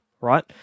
right